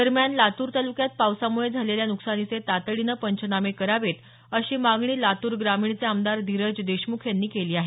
दरम्यान लातूर तालुक्यात पावसामुळे झालेल्या नुकसानीचे तातडीनं पंचनामे करावेत अशी मागणी लातूर ग्रामीणचे आमदार धीरज देशमुख यांनी केली आहे